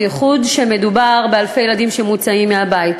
בייחוד כשמדובר באלפי ילדים שמוצאים מהבית.